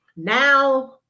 Now